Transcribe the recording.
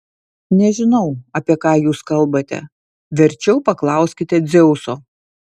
nežinau apie ką jūs kalbate verčiau paklauskite dzeuso